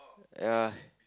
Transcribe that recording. ya